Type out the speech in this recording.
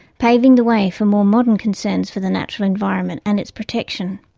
paving the way for more modern concerns for the natural environment and its protection.